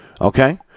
Okay